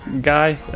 guy